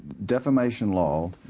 defamation law,